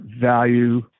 value